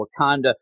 Wakanda